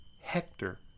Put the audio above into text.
Hector